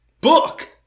book